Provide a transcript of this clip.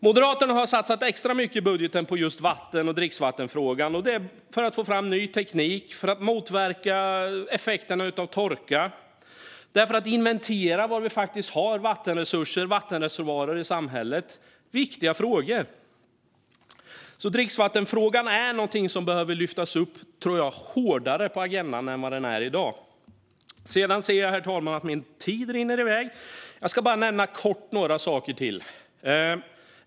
Moderaterna har satsat extra mycket i budgeten på just vatten och dricksvattenfrågan för att få fram ny teknik, för att motverka effekterna av torka och för att inventera var i samhället vi har vattenresurser och vattenreservoarer. Detta är viktiga frågor. Dricksvattenfrågan är någonting som jag tror behöver lyftas upp högre på agendan än i dag. Jag ser att min tid rinner iväg, herr talman. Jag ska bara kort nämna några saker till.